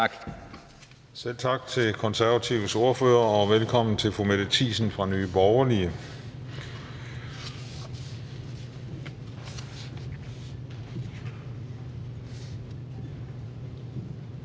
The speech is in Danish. Selv tak til Konservatives ordfører, og velkommen til fru Mette Thiesen fra Nye Borgerlige.